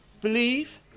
Believe